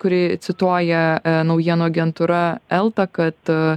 kurį cituoja naujienų agentūra elta kad